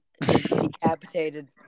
decapitated